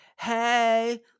hey